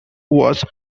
was